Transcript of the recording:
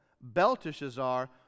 Belteshazzar